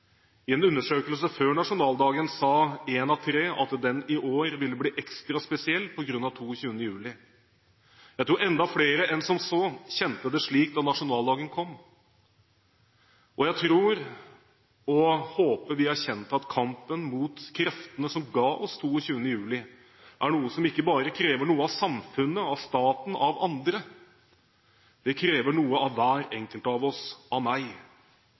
I en undersøkelse før nasjonaldagen sa en av tre at den i år ville bli ekstra spesiell på grunn av 22. juli. Jeg tror enda flere enn som så kjente det slik da nasjonaldagen kom. Jeg tror og håper vi erkjente at kampen mot kreftene som ga oss 22. juli, er noe som ikke bare krever noe av samfunnet, av staten, av andre, det krever noe av hver enkelt av oss, av meg.